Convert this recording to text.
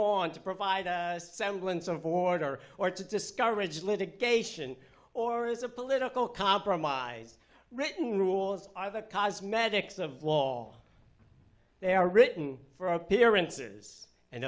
on to provide a semblance of order or to discourage litigation or is a political compromise written rules either cosmetics of law they are written for appearances and